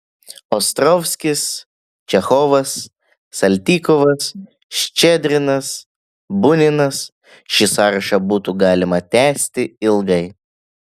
ostrovskis čechovas saltykovas ščedrinas buninas šį sąrašą būtų galima tęsti ilgai